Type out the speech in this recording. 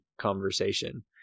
conversation